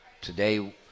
today